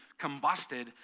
combusted